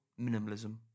Minimalism